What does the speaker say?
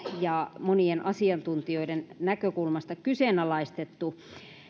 ja monien asiantuntijoiden näkökulmasta kyseenalaistettu